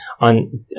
on